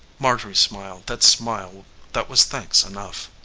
marjorie smiled that smile that was thanks enough.